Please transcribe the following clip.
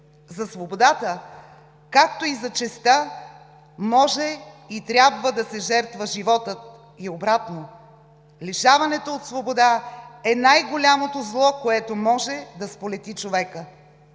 За свободата, както и за честта, може и трябва да се жертва животът. И обратно – лишаването от свобода е най-голямото зло, което може да сполети човека.“